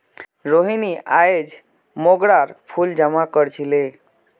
रोहिनी अयेज मोंगरार फूल जमा कर छीले